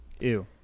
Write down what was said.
Ew